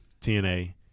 TNA